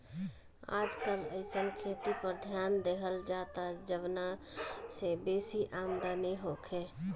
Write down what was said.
आजकल अइसन खेती पर ध्यान देहल जाता जवना से बेसी आमदनी होखे